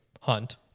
hunt